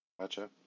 Gotcha